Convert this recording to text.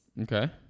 Okay